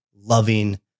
loving